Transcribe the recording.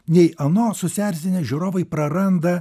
nei ano susierzinę žiūrovai praranda